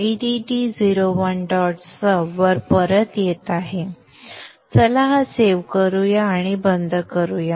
sub वर परत येत आहे चला हे सेव्ह करूया आणि बंद करूया